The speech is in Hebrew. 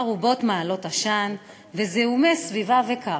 ארובות מעלות עשן וזיהומי סביבה וקרקע.